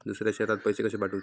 दुसऱ्या शहरात पैसे कसे पाठवूचे?